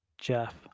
Jeff